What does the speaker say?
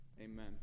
Amen